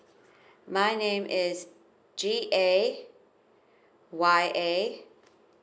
my name is G A Y A